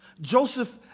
Joseph